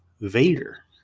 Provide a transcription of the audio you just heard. Vader